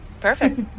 Perfect